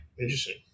interesting